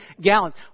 gallons